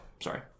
Sorry